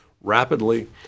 rapidly